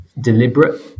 deliberate